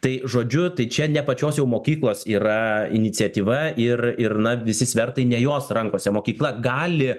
tai žodžiu tai čia ne pačios jau mokyklos yra iniciatyva ir ir na visi svertai ne jos rankose mokykla gali